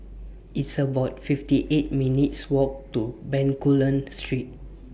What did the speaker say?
It's about fifty eight minutes' Walk to Bencoolen Street